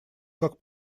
как